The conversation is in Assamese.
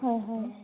হয় হয়